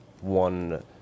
one